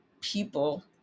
people